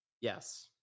Yes